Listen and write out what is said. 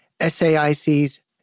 SAIC's